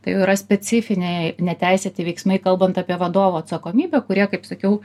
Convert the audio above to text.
tai jau yra specifiniai neteisėti veiksmai kalbant apie vadovo atsakomybę kurie kaip sakiau